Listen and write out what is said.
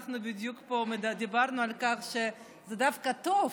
אנחנו בדיוק דיברנו על כך שזה דווקא טוב,